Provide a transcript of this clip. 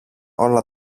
όλα